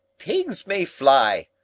pigs may fly.